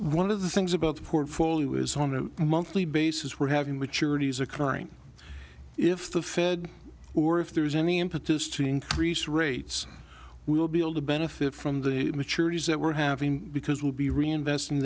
one of the things about the portfolio is on a monthly basis we're having maturities occurring if the fed or if there's any impetus to increase rates we will be able to benefit from the maturities that we're having because will be reinvestin